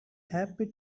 happy